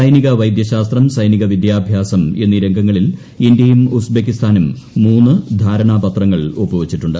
സൈനിക വൈദ്യശാസ്ത്രം സൈനിക വിദ്യാഭ്യാസം എന്നീ രംഗങ്ങളിൽ ഇന്ത്യയും ഉസ്ബെക്കിസ്ഥാനും മൂന്നു ധാരണാപത്രങ്ങൾ ഒപ്പുവച്ചിട്ടുണ്ട്